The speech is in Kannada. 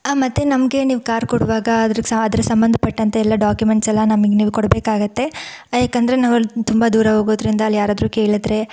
ಮತ್ತು ನಮಗೆ ನೀವು ಕಾರ್ ಕೊಡುವಾಗ ಅದರ ಸಾ ಅದ್ರ ಸಂಬಂಧಪಟ್ಟಂತೆಲ್ಲ ಡಾಕ್ಯುಮೆಂಟ್ಸ್ ಎಲ್ಲ ನಮ್ಗೆ ನೀವು ಕೊಡಬೇಕಾಗತ್ತೆ ಯಾಕಂದರೆ ನಾವಲ್ಲಿ ತುಂಬ ದೂರ ಹೋಗೋದ್ರಿಂದ ಅಲ್ಯಾರಾದರೂ ಕೇಳಿದ್ರೆ